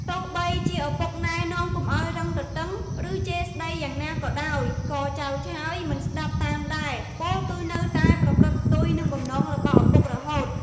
ទោះបីជាឪពុកណែនាំកុំឱ្យរឹងទទឹង ឬជេរស្តីយ៉ាងណាក៏ដោយ ក៏ចៅឆើយ មិនស្តាប់តាមដែរ ពោលគឺនៅតែប្រព្រឹត្តផ្ទុយនឹងបំណងរបស់ឪពុករហូត ។